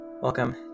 Welcome